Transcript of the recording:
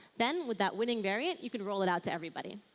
then with that winning variant you can roll it out to everybody.